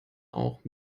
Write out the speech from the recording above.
auch